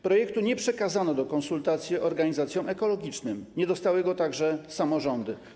Projektu nie przekazano do konsultacji organizacjom ekologicznym, nie dostały go także samorządy.